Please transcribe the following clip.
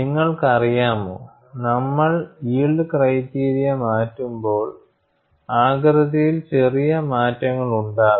നിങ്ങൾക്കറിയാമോ നമ്മൾ yield criteria മാറ്റുമ്പോൾ ആകൃതിയിൽ ചെറിയ മാറ്റങ്ങളുണ്ടാകും